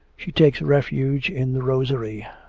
she takes refuge in the rosery.